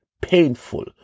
painful